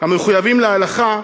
המחויבים להלכה,